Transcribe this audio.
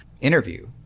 interview